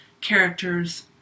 characters